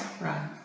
Right